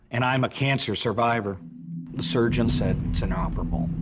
and i'm a cancer survivor. the surgeon said it's inoperable.